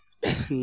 biryani